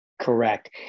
Correct